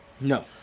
No